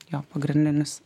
jo pagrindinis